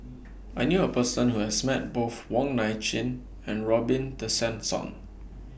I knew A Person Who has Met Both Wong Nai Chin and Robin Tessensohn